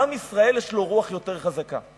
לעם ישראל יש רוח יותר חזקה.